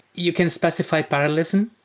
you can specify parallelism,